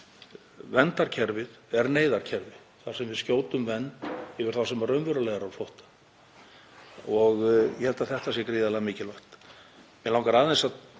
Verndarkerfið er neyðarkerfi þar sem við skjótum vernd yfir þá sem eru raunverulega á flótta. Ég held að það sé gríðarlega mikilvægt.